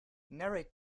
narrate